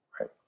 Right